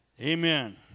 Amen